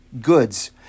goods